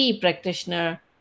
practitioner